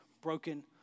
broken